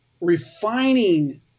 refining